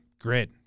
grid